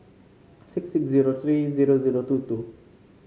six six zero three zero zero two two